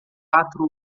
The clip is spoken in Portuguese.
quatro